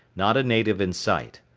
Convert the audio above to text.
not a native in sight.